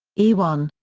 e one.